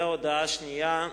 הודעה שנייה.